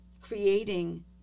creating